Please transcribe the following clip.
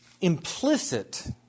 implicit